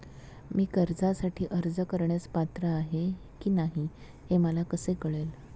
मी कर्जासाठी अर्ज करण्यास पात्र आहे की नाही हे मला कसे कळेल?